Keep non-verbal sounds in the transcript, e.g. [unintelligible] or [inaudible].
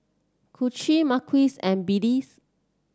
Kacie Marquis and [unintelligible]